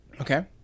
okay